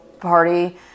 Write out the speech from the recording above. party